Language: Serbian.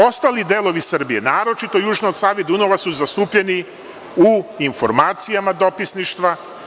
Ostali delovi Srbije, naročito južno od Save i Dunava, su zastupljeni u informacijama dopisništva.